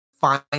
fine